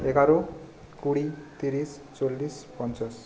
এগারো কুড়ি তিরিশ চল্লিশ পঞ্চাশ